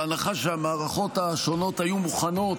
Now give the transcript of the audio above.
בהנחה שהמערכות השונות היו מוכנות